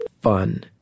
fun